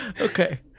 Okay